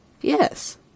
Yes